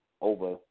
over